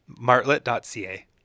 martlet.ca